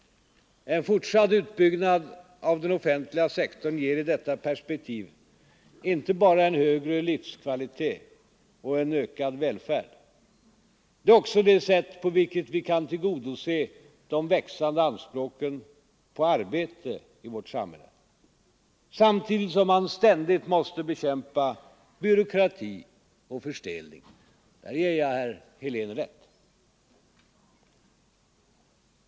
En fortsatt utbyggnad av den offentliga sektorn ger i detta perspektiv inte bara en högre livskvalitet och en ökad välfärd. Det är också det sätt på vilket vi kan tillgodose de växande anspråken på arbete i vårt samhälle. Samtidigt måste man ständigt bekämpa byråkrati och förstelning — däri ger jag herr Helén rätt.